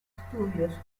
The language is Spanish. estudios